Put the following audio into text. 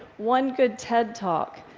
one good ted talk,